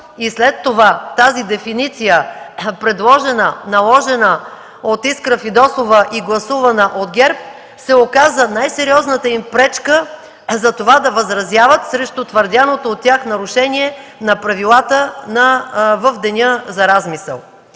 след това тази дефиниция, предложена, наложена от Искра Фидосова и гласувана от ГЕРБ, се оказа най-сериозната им пречка да възразяват срещу твърдяното от тях нарушение на правилата в деня за размисъл.